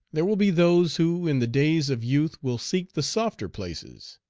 there will be those who in the days of youth will seek the softer places.